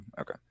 Okay